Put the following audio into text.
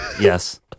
Yes